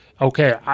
okay